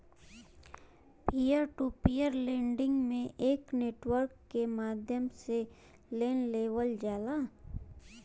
peer to peer lending में एक network के माध्यम से लोन लेवल जाला